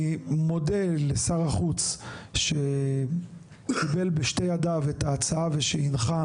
אני מודה לשר החוץ שקיבל בשתי ידיו את ההצעה ושהנחה